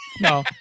no